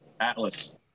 atlas